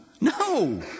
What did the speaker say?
no